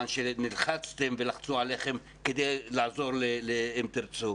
שנלחצתם ולחצו עליכם כדי לעזור ל"אם תרצו".